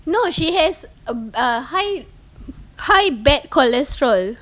no she has um err high high bad cholesterol